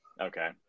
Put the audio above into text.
Okay